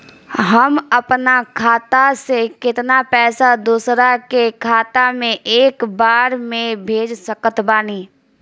हम अपना खाता से केतना पैसा दोसरा के खाता मे एक बार मे भेज सकत बानी?